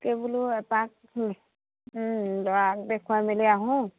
তাকে বোলো এপাক ল'ৰাক দেখুৱাই মেলি আহোঁ